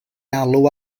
alw